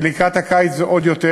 ולקראת הקיץ זה עוד יותר.